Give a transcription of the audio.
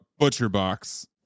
ButcherBox